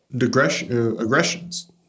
aggressions